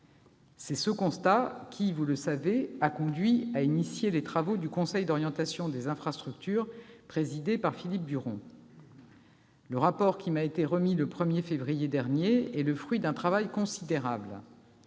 C'est ce constat qui, vous le savez, a conduit à lancer les travaux du Conseil d'orientation des infrastructures, présidé par Philippe Duron. Le rapport qui m'a été remis le 1 février dernier est le fruit d'un travail considérable.